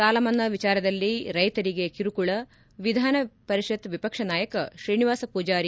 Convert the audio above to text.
ಸಾಲಮನ್ನಾ ವಿಚಾರದಲ್ಲಿ ರೈತರಿಗೆ ಕಿರುಕುಳ ವಿಧಾನ ಪರಿಷತ್ ವಿಪಕ್ಷ ನಾಯಕ ಶ್ರೀನಿವಾಸ ಪೂಜಾರಿ